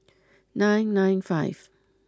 nine nine five